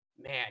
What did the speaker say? man